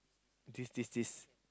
this this this